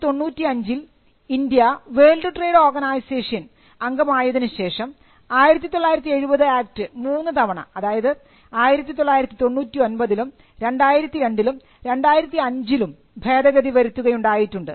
1995 ൽ India world trade organisation അംഗമായതിനുശേഷം 1970 act മൂന്നുതവണ അതായത് 1999ലും 2002ലും 2005ലും ഭേദഗതി വരുത്തുകയുണ്ടായിട്ടുണ്ട്